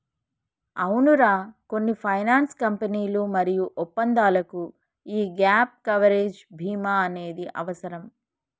అవునరా కొన్ని ఫైనాన్స్ కంపెనీలు మరియు ఒప్పందాలకు యీ గాప్ కవరేజ్ భీమా అనేది అవసరం